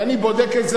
ואני בודק את זה,